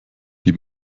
die